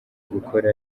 gukora